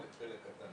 חלק קטן.